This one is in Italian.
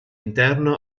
interno